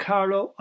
Carlo